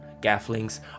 Gafflings